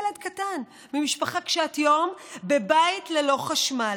ילד קטן ממשפחה קשת יום בבית ללא חשמל.